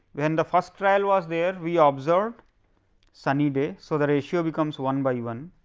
when the first trail was there, we ah observed sunny day, so the ratio becomes one by one.